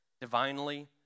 Divinely